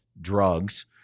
drugs